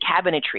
cabinetry